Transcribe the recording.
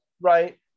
Right